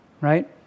right